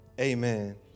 amen